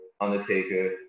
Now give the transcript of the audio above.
Undertaker